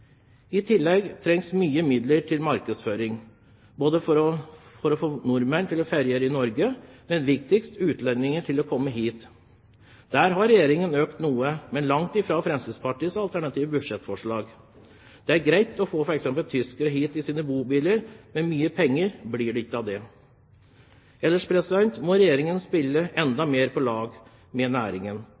I tillegg trengs det mye midler til markedsføring, både for å få nordmenn til å feriere i Norge og – viktigst – for å få utlendinger til å komme hit. Her har Regjeringen økt noe, men langt fra det som Fremskrittspartiet har i sitt alternative budsjettforslag. Det er greit å få f.eks. tyskere hit i sine bobiler, men mye penger blir det ikke av det. Ellers må Regjeringen spille enda mer på lag med næringen.